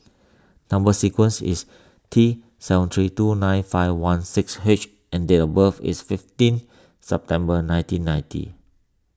Number Sequence is T seven three two nine five one six H and date of birth is fifteen September nineteen ninety